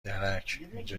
درکاینجا